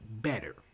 better